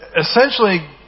essentially